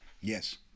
Yes